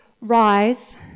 rise